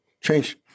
change